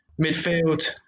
Midfield